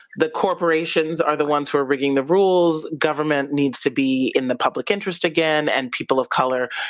the corporations are the ones who are rigging the rules, government needs to be in the public interest again and people of color,